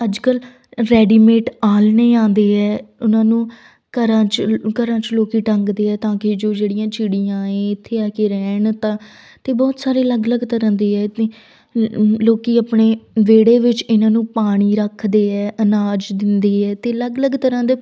ਅੱਜ ਕੱਲ੍ਹ ਰੈਡੀਮੇਟ ਆਲਣੇ ਆਉਂਦੇ ਹੈ ਉਹਨਾਂ ਨੂੰ ਘਰਾਂ 'ਚ ਘਰਾਂ 'ਚ ਲੋਕੀਂ ਟੰਗਦੇ ਆ ਤਾਂ ਕਿ ਜੋ ਜਿਹੜੀਆਂ ਚਿੜੀਆਂ ਏ ਇੱਥੇ ਆ ਕੇ ਰਹਿਣ ਤਾਂ ਅਤੇ ਬਹੁਤ ਸਾਰੇ ਅਲੱਗ ਅਲੱਗ ਤਰ੍ਹਾਂ ਦੇ ਲੋਕੀਂ ਆਪਣੇ ਵਿਹੜੇ ਵਿੱਚ ਇਹਨਾਂ ਨੂੰ ਪਾਣੀ ਰੱਖਦੇ ਹੈ ਅਨਾਜ ਦਿੰਦੇ ਹੈ ਅਤੇ ਅਲੱਗ ਅਲੱਗ ਤਰ੍ਹਾਂ ਦੇ